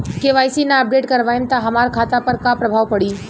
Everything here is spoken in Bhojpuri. के.वाइ.सी ना अपडेट करवाएम त हमार खाता पर का प्रभाव पड़ी?